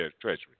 treasury